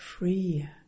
Free